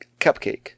cupcake